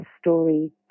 story